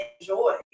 enjoy